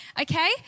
okay